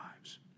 lives